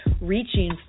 reaching